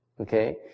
Okay